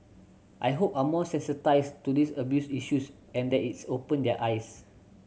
I hope are more sensitised to these abuse issues and that it's opened their eyes